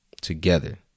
together